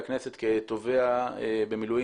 אתם מבינים?